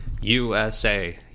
USA